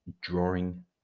Drawing